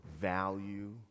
value